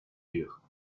dure